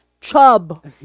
chub